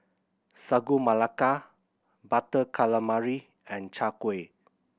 Sagu Melaka Butter Calamari and Chai Kueh